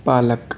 پالک